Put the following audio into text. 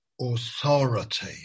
authority